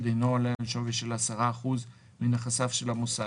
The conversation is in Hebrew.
אינו עולה על שווי של 10% מנכסיו של המוסד,